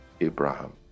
Abraham